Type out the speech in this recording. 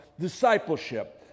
discipleship